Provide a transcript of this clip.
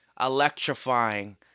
electrifying